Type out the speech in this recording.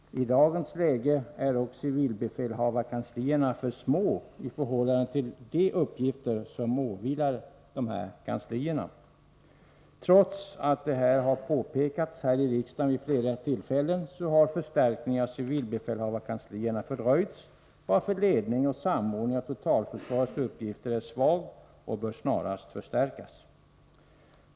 I dagens läge är dock civilbefälhavarkanslierna för små i förhållande till de uppgifter som åvilar dessa kanslier. Trots att detta har påpekats här i riksdagen vid flera tillfällen har förstärkningen av civilbefälhavarkanslierna fördröjts, varför ledning och samordning av totalförsvarets uppgifter är svag och snarast bör förstärkas.